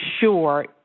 sure